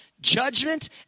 judgment